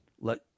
let